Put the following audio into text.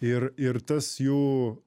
ir ir tas jų